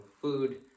food